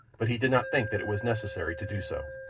but he did not think that it was necessary to do so.